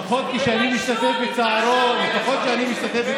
לפחות כשאני משתתף בצערו של